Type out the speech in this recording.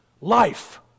life